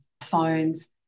phones